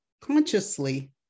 consciously